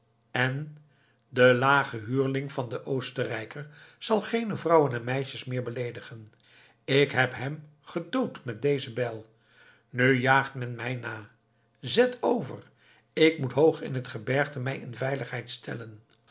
en de lage huurling van den oostenrijker zal geene vrouwen en meisjes meer beleedigen ik heb hem gedood met deze bijl nu jaagt men mij na zet over ik moet hoog in het gebergte mij in veiligheid stellen